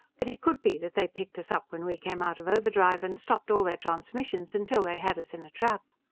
but it could be that they picked us up when we came out of overdrive and stopped all their transmissions until they had us in a trap.